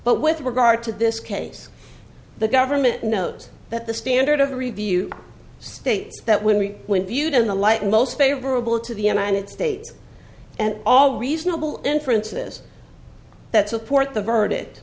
but with regard to this case the government knows that the standard of the review states that when we when viewed in the light most favorable to the united states and all reasonable inferences that support the ver